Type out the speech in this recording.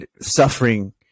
suffering